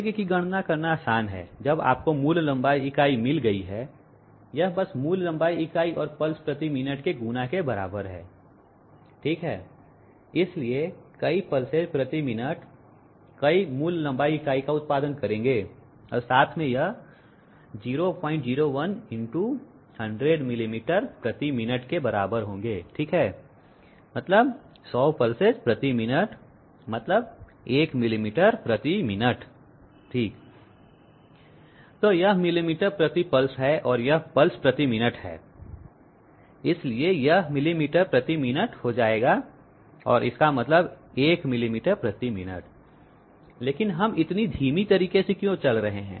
वेग की गणना करना आसान है जब आपको मूल लंबाई इकाई मिल गई है यह बस मूल लंबाई इकाई और पल्स प्रति मिनट के गुणा के बराबर है ठीक है इसलिए कई पल्सेस प्रति मिनट कई मूल लंबाई इकाई का उत्पादन करेंगे और साथ में यह 001 x 100 मिलीमीटर प्रति मिनट के बराबर होंगे ठीक है मतलब 100 पल्सेस प्रति मिनट मतलब 1 मिलीमीटर प्रति मिनट ठीक है तो यह मिलीमीटर प्रति पल्स है और यह पल्स प्रति मिनट है इसलिए यह मिली मीटर प्रति मिनट हो जाएगा और इसका मतलब 1 मिलीमीटर प्रति मिनट लेकिन हम इतनी धीमी तरीके से क्यों चल रहे हैं